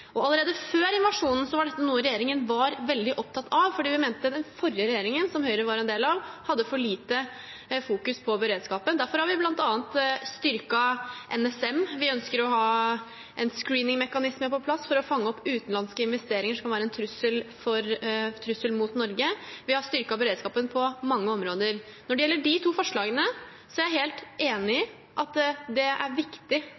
og sikkerheten i Norge. Allerede før invasjonen var dette noe regjeringen var veldig opptatt av, fordi vi mente at den forrige regjeringen, som Høyre var en del av, hadde for lite fokus på beredskapen. Derfor har vi bl.a. styrket NSM. Vi ønsker å ha en screeningmekanisme på plass for å fange opp utenlandske investeringer som kan være en trussel mot Norge. Vi har styrket beredskapen på mange områder. Når det gjelder de to forslagene, er jeg helt enig i at det er viktig